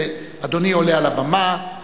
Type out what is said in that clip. אדוני עולה על הבמה,